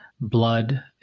blood